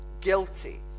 guilty